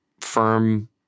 firm